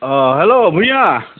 অঁ হেল্ল' ভূঞা